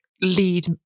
lead